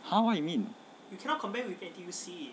!huh! what you mean